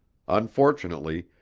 unfortunately,